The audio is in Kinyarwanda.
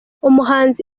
umuhanzi